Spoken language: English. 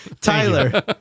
tyler